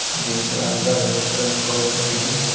Jaipur Andhra restaurant କହୁଛନ୍ତି କି